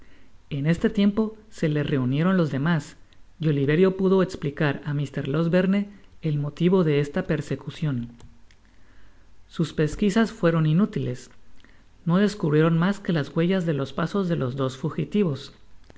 en este tiempo se le reunieron los demás y oliverio pudo esplicar á mr losberne el motivo de esta persecucion sus pesquisas fueron inutiles no descubrieron mas que las huellas de los pasos de los dos fugitivos